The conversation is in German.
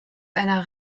einer